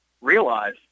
realize